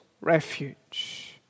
refuge